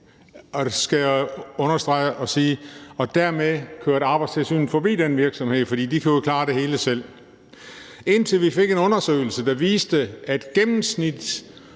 og sige – kørte Arbejdstilsynet forbi den virksomhed, for de kunne jo klare det hele selv. Så fik vi en undersøgelse, der viste, at